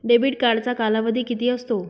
Debit कार्डचा कालावधी किती असतो?